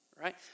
right